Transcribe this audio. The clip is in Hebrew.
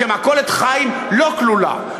ש"מכולת חיים" לא כלולה.